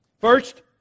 First